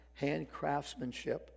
handcraftsmanship